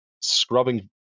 scrubbing